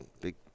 Big